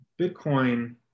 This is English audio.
Bitcoin